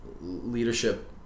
leadership